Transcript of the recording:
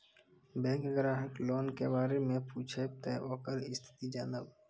Bank ग्राहक loan के बारे मैं पुछेब ते ओकर स्थिति जॉनब?